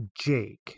Jake